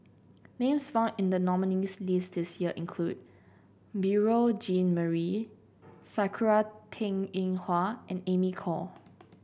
names found in the nominees' list this year include Beurel Jean Marie Sakura Teng Ying Hua and Amy Khor